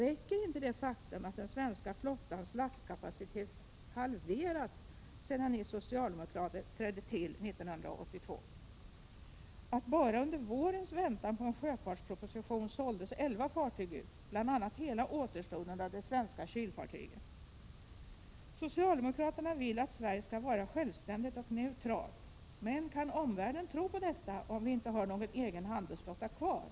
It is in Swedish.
Räcker inte det faktum att den svenska flottans lastkapacitet har halverats sedan ni socialdemokrater trädde till 1982? Bara under våren, i väntan på en sjöfartsproposition, såldes elva fartyg ut, bl.a. hela återstoden av de svenska kylfartygen. Socialdemokraterna vill att Sverige skall vara självständigt och neutralt, men kan omvärlden tro på detta om vi inte har någon egen handelsflotta kvar?